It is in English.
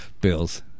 Bills